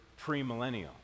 premillennial